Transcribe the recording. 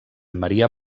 maria